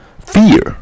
fear